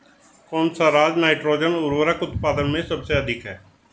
कौन सा राज नाइट्रोजन उर्वरक उत्पादन में सबसे अधिक है?